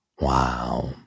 Wow